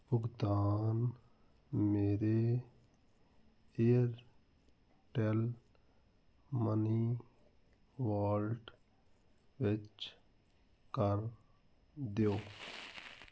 ਭੁਗਤਾਨ ਮੇਰੇ Airtel money wallet ਵਿੱਚ ਕਰ ਦਿਓ